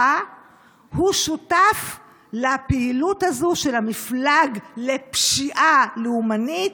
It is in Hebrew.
שותף לפעילות הזו של המפלג לפשיעה לאומנית,